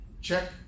Check